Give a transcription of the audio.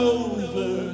over